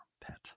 pet